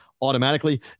automatically